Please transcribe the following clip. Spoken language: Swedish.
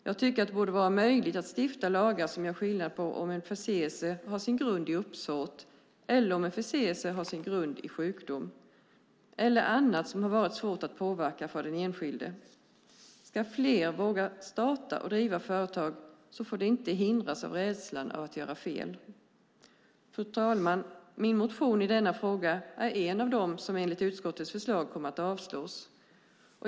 Jag tycker att det borde vara möjligt att stifta lagar som gör skillnad på om en förseelse har sin grund i uppsåt eller om en förseelse har sin grund i sjukdom eller annat som har varit svårt att påverka för den enskilde. Ska flera våga starta och driva företag får de inte hindras av rädslan att göra fel. Fru talman! Min motion i denna fråga är en av dem som enligt utskottets förslag kommer att avslås.